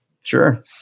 Sure